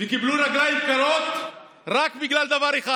וקיבלו רגליים קרות רק בגלל דבר אחד,